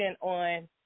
on